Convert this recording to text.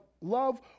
love